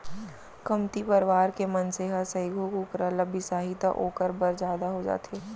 कमती परवार के मनसे ह सइघो कुकरा ल बिसाही त ओकर बर जादा हो जाथे